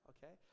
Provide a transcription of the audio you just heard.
Okay